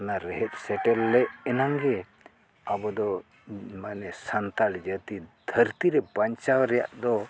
ᱚᱱᱟ ᱨᱮᱦᱮᱫ ᱥᱮᱴᱮᱨ ᱞᱮᱫ ᱮᱱᱟᱝ ᱜᱮ ᱟᱵᱚ ᱫᱚ ᱢᱟᱱᱮ ᱥᱟᱱᱛᱟᱲ ᱡᱟᱹᱛᱤ ᱫᱷᱟᱹᱨᱛᱤ ᱨᱮ ᱵᱟᱧᱪᱟᱣ ᱨᱮᱭᱟᱜ ᱫᱚ